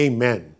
Amen